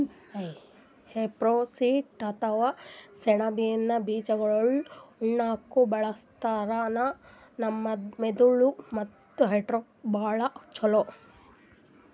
hemp seed ಅಥವಾ ಸೆಣಬಿನ್ ಬೀಜಾಗೋಳ್ ಉಣ್ಣಾಕ್ಕ್ ಬಳಸದ್ರಿನ್ದ ನಮ್ ಮೆದಳ್ ಮತ್ತ್ ಹಾರ್ಟ್ಗಾ ಭಾಳ್ ಛಲೋ